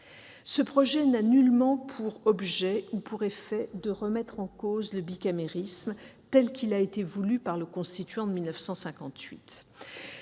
Ce projet n'a nullement pour objet ou pour effet de remettre en cause le bicamérisme, tel qu'il a été voulu par le constituant de 1958.